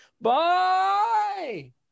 Bye